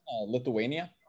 lithuania